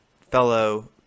fellow